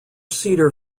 seater